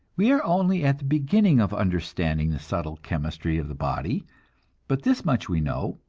we are only at the beginning of understanding the subtle chemistry of the body but this much we know,